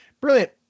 Brilliant